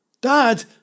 Dad